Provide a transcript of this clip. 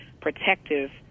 protective